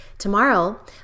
Tomorrow